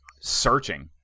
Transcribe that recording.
searching